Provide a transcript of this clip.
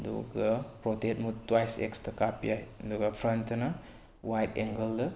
ꯑꯗꯨꯒ ꯄ꯭ꯔꯣꯇꯦꯠ ꯃꯨꯠ ꯇ꯭ꯋꯥꯏꯁ ꯑꯦꯛꯁꯇ ꯀꯥꯞꯄ ꯌꯥꯏ ꯑꯗꯨꯒ ꯐ꯭ꯔꯟꯇꯅ ꯋꯥꯏꯗ ꯑꯦꯡꯒꯜꯗ